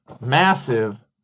massive